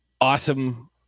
awesome